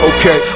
Okay